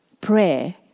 prayer